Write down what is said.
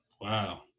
Wow